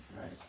Right